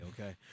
okay